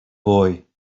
boy